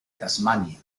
tasmania